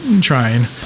trying